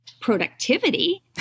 productivity